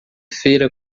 feira